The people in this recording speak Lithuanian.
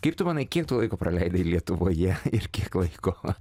kaip tu manai kiek tu laiko praleidai lietuvoje ir kiek laiko